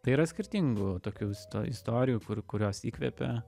tai yra skirtingų tokių istorijų kur kurios įkvepia